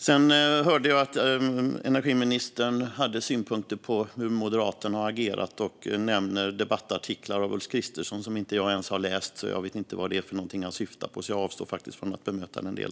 Jag hörde att energiministern hade synpunkter på hur Moderaterna har agerat och nämnde debattartiklar av Ulf Kristersson som jag inte ens har läst, så jag vet inte vad han syftar på. Därför avstår jag från att bemöta det.